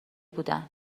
بودن